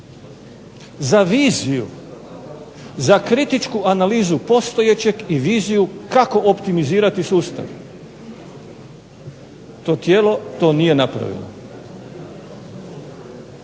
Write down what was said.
za viziju, za kritičku analizu postojećeg i viziju kako optimizirati sustav. To tijelo to nije napravilo.